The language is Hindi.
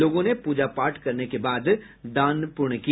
लोगों ने पूजा पाठ करने के बाद दान पुण्य किया